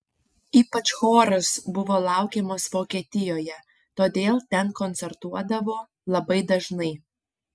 ypač choras buvo laukiamas vokietijoje todėl ten koncertuodavo labai dažnai